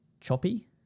choppy